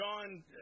John